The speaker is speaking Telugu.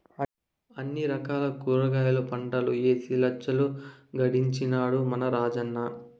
అన్ని రకాల కూరగాయల పంటలూ ఏసి లచ్చలు గడించినాడ మన రాజన్న